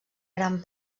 gran